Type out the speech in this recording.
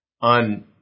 On